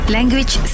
Language